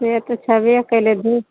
से तऽ छैबे कयलै धुप